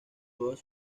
todas